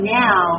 now